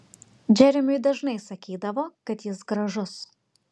džeremiui dažnai sakydavo kad jis gražus